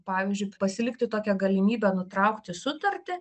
pavyzdžiui pasilikti tokią galimybę nutraukti sutartį